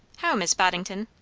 how, mis' boddington?